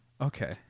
Okay